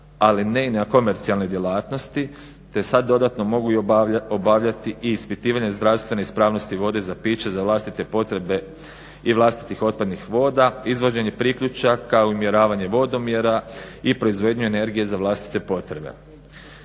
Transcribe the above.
ali ne i na komercijalne djelatnosti te sada dodatno mogu i obavljati i ispitivanje zdravstvene ispravnosti vode za piće za vlastite potrebe i vlastitih otpadnih voda, izvođenje priključaka, umjeravanje vodomjera i proizvodnju energije za vlastite potrebe.